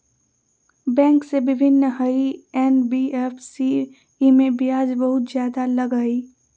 Bank से भिन्न हई एन.बी.एफ.सी इमे ब्याज बहुत ज्यादा लगहई?